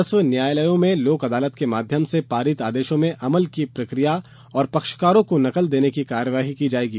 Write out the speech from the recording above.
राजस्व न्यायालयों में लोक अदालत के माध्यम से पारित आदेशों पर अमल की प्रक्रिया और पक्षकारों को नकल देने की कार्यवाही की जाएगी